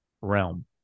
realm